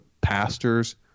Pastors